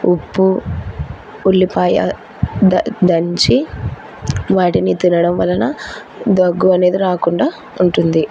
ఉప్పు ఉల్లిపాయ ద దంచి వాటిని తినడం వలన దగ్గు అనేది రాకుండా ఉంటుంది